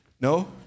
No